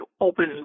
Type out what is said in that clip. open